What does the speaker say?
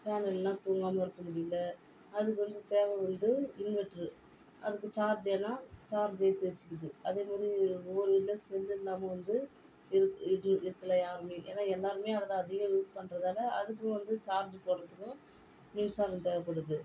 fan இல்லைன்னா தூங்காமல் இருக்க முடியலை அதுக்கு வந்து தேவை வந்து இன்வெட்டரு அதுக்கு சார்ஜ் எல்லாம் சார்ஜ் ஏற்றி வச்சிக்குது அதேமாதிரி ஒவ்வொரு வீட்டில் செல்லு இல்லாமல் வந்து இருக்குது இருக்கலை யாரும் ஏனால் எல்லோருமே அதைதான் அதிகம் யூஸ் பண்ணுறதால அதுக்குன்னு வந்து சார்ஜ் போடுறதுக்கும் மின்சாரம் தேவைப்படுது